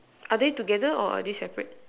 are they together or are they separate